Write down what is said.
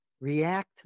react